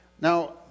Now